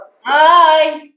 Hi